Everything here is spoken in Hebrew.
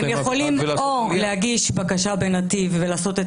הם יכולים או להגיש בקשה בנתיב ולעשות את